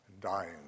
dying